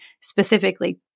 specifically